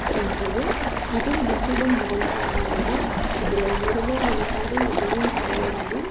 அப்படின்றது இது முற்றிலும் முரண்பாடானது இதில் உருவ வழிபாடு எதுவும் கிடையாது